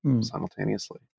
simultaneously